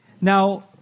Now